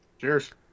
Cheers